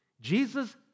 Jesus